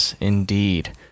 Indeed